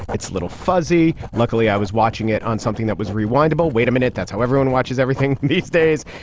it's a little fuzzy. luckily i was watching it on something that was rewind about wait a minute. that's how everyone watches everything these days.